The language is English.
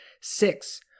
Six